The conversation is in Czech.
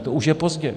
To už je pozdě.